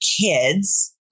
kids